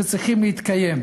שצריכים להתקיים,